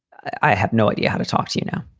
i have no idea how to talk to you now.